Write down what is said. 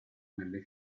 nelle